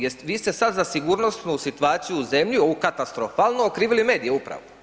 Jeste, vi ste sad za sigurnosnu situaciju u zemlju, ovu katastrofalnu okrivili medije upravo.